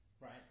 right